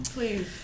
Please